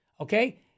Okay